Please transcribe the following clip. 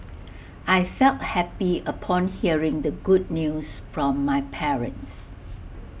I felt happy upon hearing the good news from my parents